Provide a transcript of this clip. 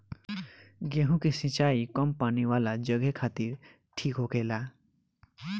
गेंहु के सिंचाई कम पानी वाला जघे खातिर ठीक होखेला